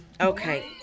Okay